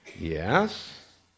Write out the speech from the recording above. Yes